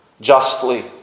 justly